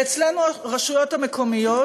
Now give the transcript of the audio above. אצלנו הרשויות המקומיות